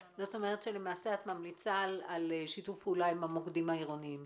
כלומר את ממליצה על שיתוף פעולה עם המוקדים העירוניים.